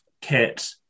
kit